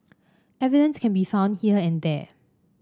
evidence can be found here and there